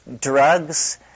drugs